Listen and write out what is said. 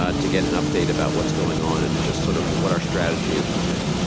ah to get an update about what's going on and just sort of what our strategy is from there.